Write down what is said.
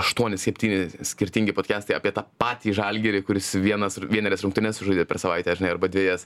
aštuoni septyni skirtingi podkestai apie tą patį žalgirį kuris vienas r vienerias rungtynes žaidė per savaitę žinai arba dvejas